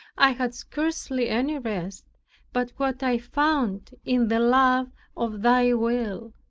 i had scarcely any rest but what i found in the love of thy will,